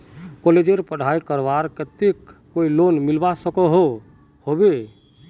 कॉलेजेर पढ़ाई करवार केते कोई लोन मिलवा सकोहो होबे?